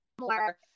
more